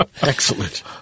Excellent